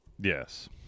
Yes